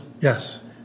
Yes